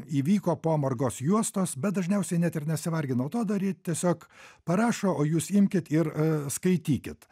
įvyko po margos juostos bet dažniausiai net ir nesivarginau to daryt tiesiog parašo o jūs imkit ir a skaitykit